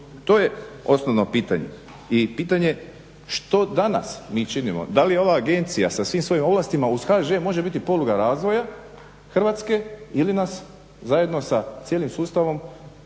To je osnovno pitanje i pitanje što mi danas činimo, da li je ova agencija sa svim svojim ovlastima uz HŽ može biti poluga razvoja Hrvatske ili nas zajedno sa cijelim sustavom